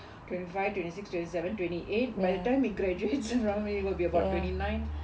twenty five twenty six twenty seven twenty eight by the time he graduate he will be about twenty nine